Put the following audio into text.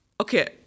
Okay